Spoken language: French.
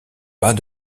pas